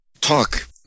Talk